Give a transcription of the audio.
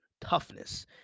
toughness